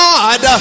God